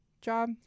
job